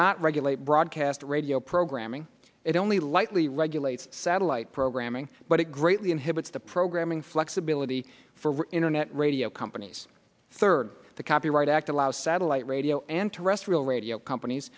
not regulate broadcast radio programming it only lightly regulates satellite programming but it greatly inhibits the programming flexibility for internet radio companies third the copyright act allows satellite radio and terrestrial radio companies